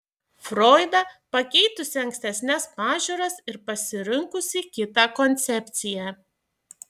froidą pakeitusi ankstesnes pažiūras ir pasirinkusį kitą koncepciją